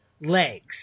legs